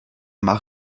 mach